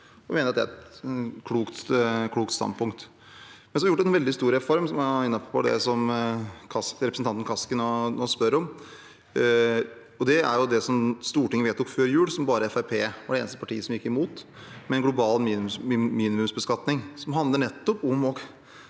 det er et klokt standpunkt. Vi har hatt en veldig stor reform innenfor det representanten Kaski nå spør om. Det gjelder det Stortinget vedtok før jul, og som Fremskrittspartiet var det eneste partiet som gikk imot, med en global minimumsbeskatning. Det handler nettopp om